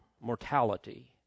mortality